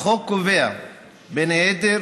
החוק קובע בין היתר